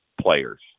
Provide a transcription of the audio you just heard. players